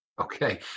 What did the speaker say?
Okay